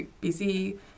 busy